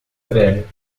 velha